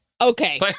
Okay